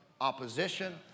opposition